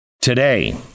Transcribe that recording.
Today